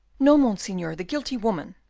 no, monseigneur, the guilty woman